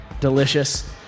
delicious